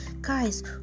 Guys